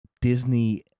Disney